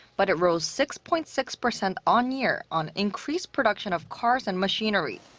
but it rose six-point-six percent on-year on increased production of cars and machinery.